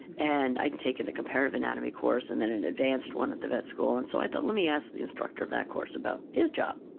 and i'd and taken a comparative anatomy course, and then an advanced one at the vet school, and so i thought, let me ask the instructor of that course about his job.